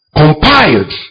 compiled